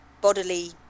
bodily